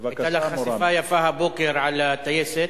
היתה לך חשיפה יפה הבוקר על הטייסת.